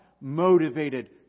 motivated